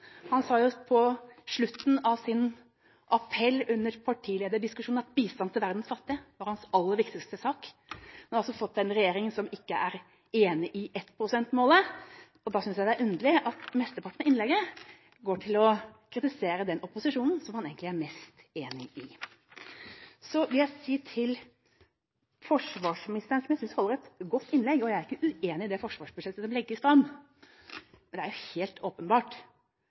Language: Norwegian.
Han sa på slutten av sin appell i partilederdebatten at bistand til verdens fattige var hans aller viktigste sak. Vi har altså fått en regjering som ikke er enig i enprosentmålet. Da synes jeg det er underlig at mesteparten av innlegget går til å kritisere den opposisjonen som han egentlig er mest enig med. Jeg vil si til forsvarsministeren, som jeg synes holdt et godt innlegg, at jeg er ikke uenig i det forsvarsbudsjettet som legges fram. Men det er helt åpenbart